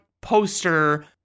poster